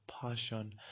passion